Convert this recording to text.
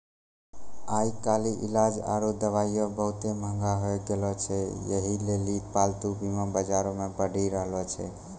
आइ काल्हि इलाज आरु दबाइयै बहुते मंहगा होय गैलो छै यहे लेली पालतू बीमा बजारो मे बढ़ि रहलो छै